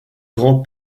grand